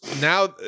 now